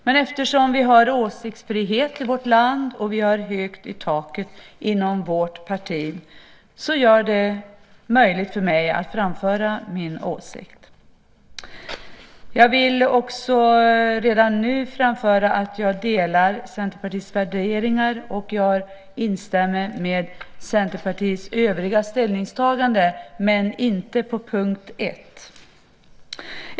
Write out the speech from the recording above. Men eftersom vi har åsiktsfrihet i vårt land och vi har högt i taket inom mitt parti är det möjligt för mig att framföra min åsikt. Jag vill också redan nu framföra att jag delar Centerpartiets värderingar, och jag instämmer med Centerpartiets övriga ställningstaganden, men inte under punkt 1.